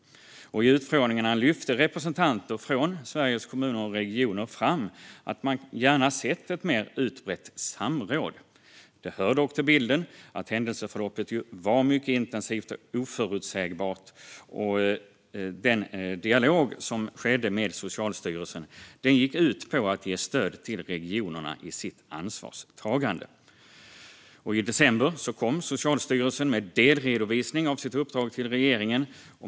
Och i utfrågningarna lyfte representanter från Sveriges Kommuner och Regioner fram att man gärna hade sett ett mer utbrett samråd. Det hör dock till bilden att händelseförloppet var mycket intensivt och oförutsägbart. Och den dialog som skedde med Socialstyrelsen gick ut på att ge stöd till regionerna i deras ansvarstagande. I december kom Socialstyrelsen med en delredovisning av sitt uppdrag till regeringen.